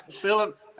philip